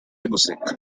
guseka